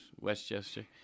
Westchester